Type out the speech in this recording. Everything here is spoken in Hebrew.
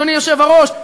אדוני היושב-ראש,